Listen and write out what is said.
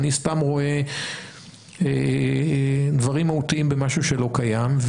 אני סתם רואה דברים מהותיים במשהו שלא קיים,